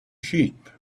sheep